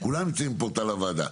כולם נמצאים בפורטל הוועדה.